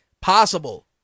possible